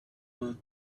loud